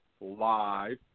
live